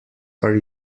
are